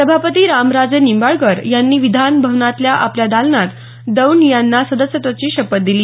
सभापती रामराजे निंबाळकर यांनी विधान भवनातल्या आपल्या दालनात दौंड यांना सदस्यत्वाची शपथ दिली